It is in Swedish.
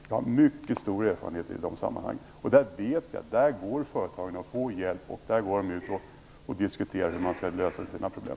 Jag har mycket stor erfarenhet i det sammanhanget. Jag vet att företagare går till socialdemokratiska företrädare för att få hjälp och för att diskutera hur man skall lösa sina problem.